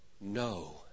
no